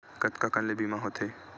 कतका कन ले बीमा होथे?